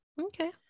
okay